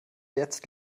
jetzt